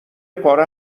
پاره